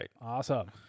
Awesome